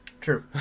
True